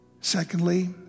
Secondly